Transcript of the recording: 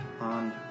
on